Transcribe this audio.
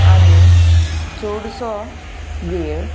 आनी चडसो वेळ